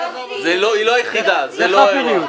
היא לא היחידה, זה לא האירוע.